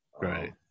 Right